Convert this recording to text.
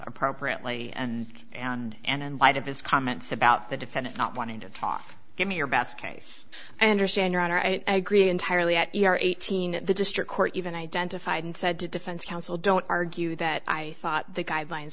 appropriately and and in light of his comments about the defendant not wanted of toff give me your best case and or stand your honor i agree entirely at your eighteen the district court even identified and said to defense counsel don't argue that i thought the guidelines